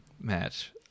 match